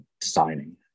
designing